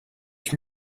ich